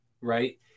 right